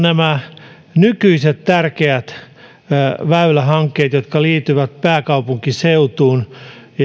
nämä nykyiset tärkeät väylähankkeet jotka liittyvät pääkaupunkiseutuun